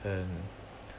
and